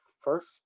first